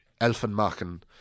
elfenmachen